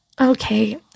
Okay